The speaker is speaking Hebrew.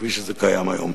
כפי שזה קיים היום,